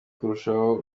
kurusha